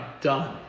done